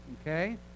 Okay